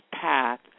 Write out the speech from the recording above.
path